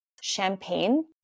champagne